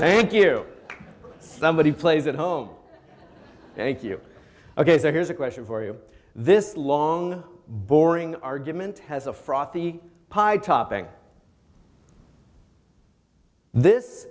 thank you somebody plays at home thank you ok so here's a question for you this long boring argument has a frothy pie topping this